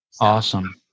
Awesome